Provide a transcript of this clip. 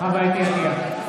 (קורא בשמות חברי הכנסת) חוה אתי עטייה,